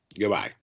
Goodbye